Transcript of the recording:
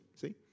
See